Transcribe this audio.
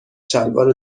شلوار